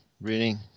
reading